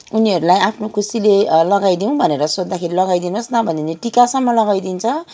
उनीहरूलाई आफ्नो खुसीले लगाइदिउँ भनेर सोद्धा लगाइदिनुस् न भने भने टिकासम्म लगाइदिन्छ